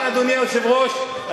אתה זואולוג?